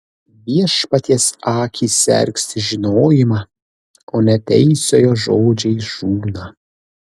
viešpaties akys sergsti žinojimą o neteisiojo žodžiai žūna